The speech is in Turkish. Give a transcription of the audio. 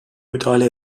müdahale